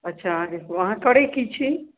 अच्छा अहाँकेँ अहाँ करैत की छी